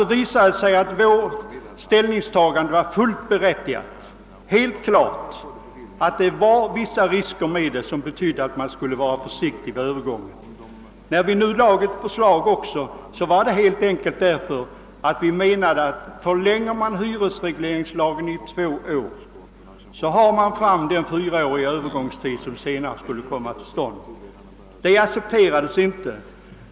Det visar alltså att vår inställning var fullt berättigad och att det förelåg vissa risker som gjorde att man borde vara försiktig vid övergången. När vi framlade vårt förslag menade vi att om hyresregleringslagen skulle förlängas med två år, skulle det bli en fyraårig övergångstid; men detta accepterades alltså inte.